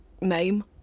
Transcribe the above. Name